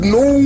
no